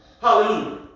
Hallelujah